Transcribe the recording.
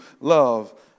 love